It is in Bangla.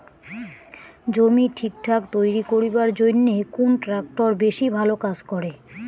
জমি ঠিকঠাক তৈরি করিবার জইন্যে কুন ট্রাক্টর বেশি ভালো কাজ করে?